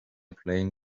playing